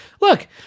Look